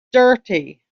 dirty